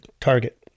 Target